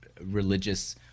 religious